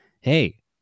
hey